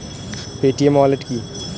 Paytm wallet কি?